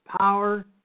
power